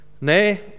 Nay